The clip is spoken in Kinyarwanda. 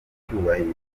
icyubahiro